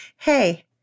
hey